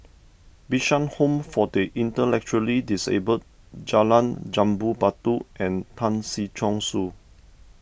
Bishan Home for the Intellectually Disabled Jalan Jambu Batu and Tan Si Chong Su